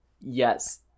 yes